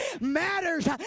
matters